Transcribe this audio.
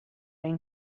ein